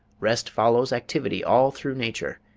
rest follows activity all through nature.